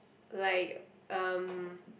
like um